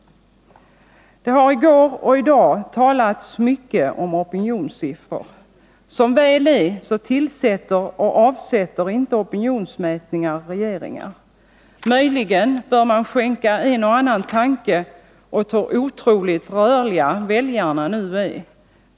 Det har i går och i dag talats mycket om opinionssiffror. Som väl är tillsätter och avsätter inte opinionsmätningar regeringar. Möjligen bör man skänka en och annan tanke åt hur otroligt rörliga väljarna nu är.